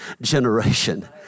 generation